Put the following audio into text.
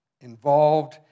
involved